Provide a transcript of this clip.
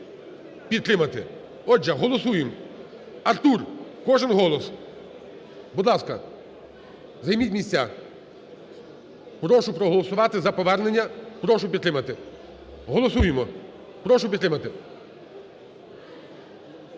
підтримати. Отже, голосуємо. Артур, кожен голос. Будь ласка, займіть місця. Прошу проголосувати за повернення, прошу підтримати. Голосуємо. Прошу підтримати.